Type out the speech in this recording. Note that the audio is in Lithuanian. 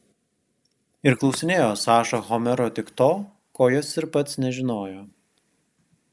ir klausinėjo saša homero tik to ko jis ir pats nežinojo